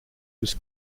was